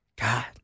God